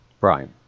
Right